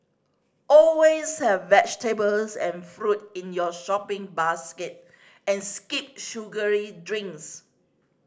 always have vegetables and fruit in your shopping basket and skip sugary drinks